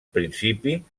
principi